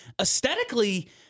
aesthetically